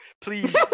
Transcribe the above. Please